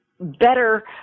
Better